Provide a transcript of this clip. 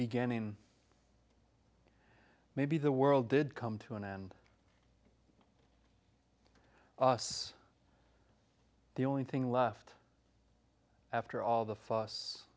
beginning maybe the world did come to an end us the only thing left after all the fuss